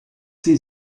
sie